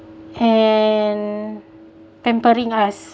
and pampering us